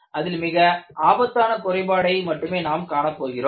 அதில் மிக ஆபத்தான குறைபாடை மட்டுமே நாம் காணப்போகிறோம்